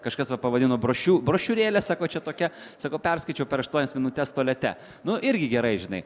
kažkas vat pavadino brošiu brošiūrėlę sako čia tokia sako perskaičiau per aštuonias minutes tualete nu irgi gerai žinai